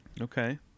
okay